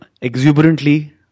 exuberantly